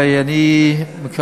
הרי אני מקווה,